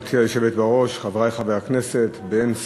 גברתי היושבת בראש, חברי חברי הכנסת, באין שרים,